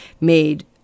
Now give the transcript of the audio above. made